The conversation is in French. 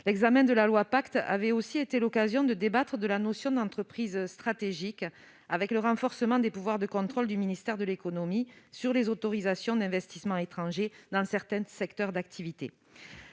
L'examen du projet de loi Pacte avait aussi été l'occasion de débattre de la notion d'entreprise stratégique et de renforcer les pouvoirs de contrôle du ministère de l'économie sur les autorisations d'investissements étrangers dans certains secteurs d'activité.